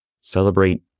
celebrate